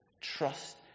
Trust